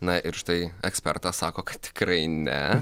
na ir štai ekspertas sako kad tikrai ne